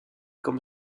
comme